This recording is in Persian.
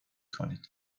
کنید